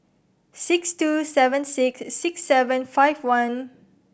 six two seven six six seven five one